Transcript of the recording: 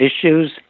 issues